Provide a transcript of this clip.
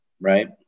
right